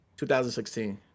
2016